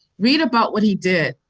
read about what he did,